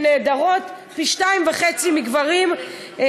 ואכן נעדרות מעבודתן פי שניים-וחצי מגברים.